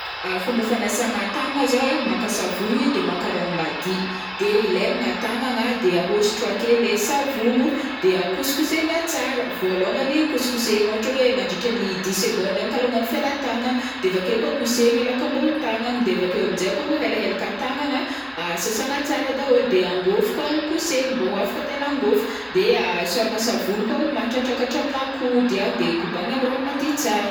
Fomba fanasagna tagnagna zao ai maka savogny de maka rano mady de ilelagna tagnagna de ahôsotro ake le savogno de a- kosokosehigna tsara voalôngany kosokosehigna ôhatra hoe mandritra ny dix secondes any kalôngany ny felan-tagna de avake koa kosehigna lakam-bôhon-tagnagna de avakeo am'jay koa o helahelaka tagnagna sasagna tsara daholo de angôfo koa kosehigna mbô ho afaka tain'angôfo de sôragna savogno mahatratra ka hatraminà coude any de kobagnina amin'ny rano mady tsara.